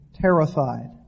terrified